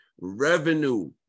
revenue